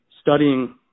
studying